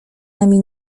nami